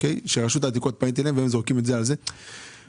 פניתי אל רשות העתיקות והיא זורקת את זה על מישהו אחר.